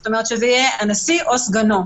זאת אומרת, זה יהיה "הנשיא או סגנו".